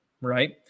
right